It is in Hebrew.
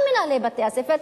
גם מנהלי בתי-הספר,